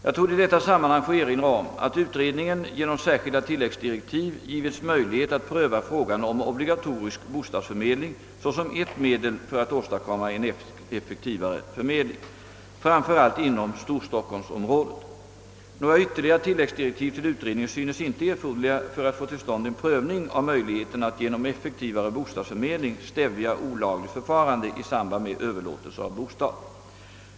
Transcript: Jag torde i detta sammanhang få erinra om att utredningen genom särskilda tilläggsdirektiv givits möjlighet att pröva frågan om obligatorisk bostadsförmedling såsom ett medel för att åstadkomma en effektivare förmedling, framför allt inom storstockholmsområdet. Några ytterligare tilläggsdi rektiv till utredningen synes inte erforderliga för att få till stånd en prövning av möjligheterna att genom effektivare bostadsförmedling stävja olagligt förfarande i samband med överlåtelser av bostad.